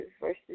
versus